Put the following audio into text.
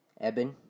Eben